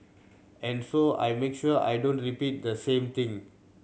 and so I make sure I don't repeat the same thing